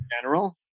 general